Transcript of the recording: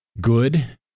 good